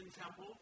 temple